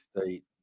State